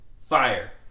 Fire